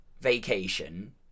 Vacation